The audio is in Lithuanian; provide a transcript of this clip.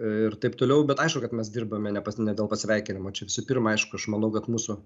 ir taip toliau bet aišku kad mes dirbame ne pas ne dėl pasveikinimo čia visų pirma aišku aš manau kad mūsų